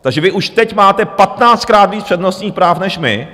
Takže vy už teď máte patnáctkrát víc přednostních práv než my.